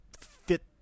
fit